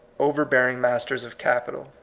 overbearing roasters of capital.